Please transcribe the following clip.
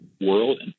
world